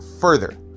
further